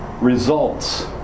results